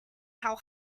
how